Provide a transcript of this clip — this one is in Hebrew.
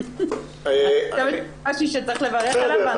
אני חושבת שזה משהו שצריך לברך עליו.